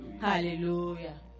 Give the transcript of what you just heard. Hallelujah